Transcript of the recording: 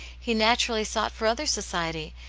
he naturally sought for other society,